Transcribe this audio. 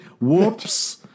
whoops